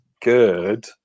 good